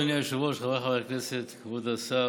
אדוני היושב-ראש, חבריי חברי הכנסת, כבוד השר,